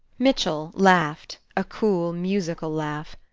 mitchell laughed a cool, musical laugh.